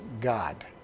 God